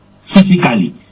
physically